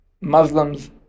Muslims